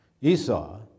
Esau